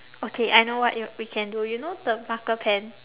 okay I know what you we can do you know the marker pen